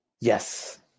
Yes